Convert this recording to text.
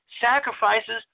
sacrifices